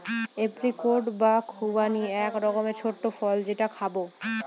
apricot বা খুবানি এক রকমের ছোট্ট ফল যেটা খাবো